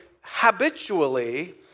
habitually